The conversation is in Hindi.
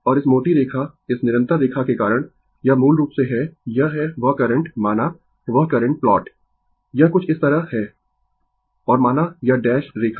और इस मोटी रेखा इस निरंतर रेखा के कारण यह मूल रूप से है यह है वह करंट माना वह करंट प्लॉट यह कुछ इस तरह है और माना यह डैश रेखा